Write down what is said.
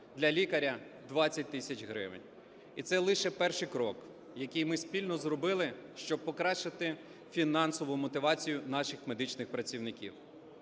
для лікаря – 20 тисяч гривень. І це лише перший крок, який ми спільно зробили, щоб покращити фінансову мотивацію наших медичних працівників.